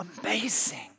Amazing